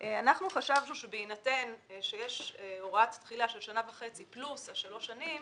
חשבנו שבהינתן שיש הוראת תחילה של שנה וחצי פלוס שלוש שנים,